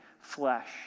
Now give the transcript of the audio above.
flesh